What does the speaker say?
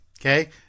okay